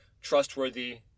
trustworthy